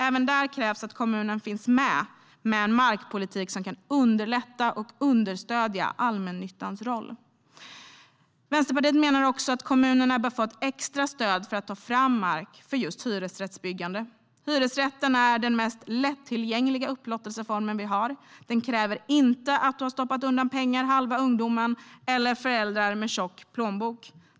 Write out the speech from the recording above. Även där krävs det att kommunen finns med, med en markpolitik som kan underlätta och understödja allmännyttans roll. Vänsterpartiet menar också att kommunerna bör få ett extra stöd för att ta fram mark för just hyresrättsbyggande. Hyresrätten är den mest lättillgängliga upplåtelseformen vi har - den kräver inte att du har stoppat undan pengar under halva ungdomstiden eller att du har föräldrar med en tjock plånbok.